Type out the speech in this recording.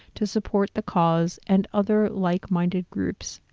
to support the cause, and other like-minded groups,